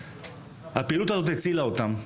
הפעילות הזאת הצילה אותם.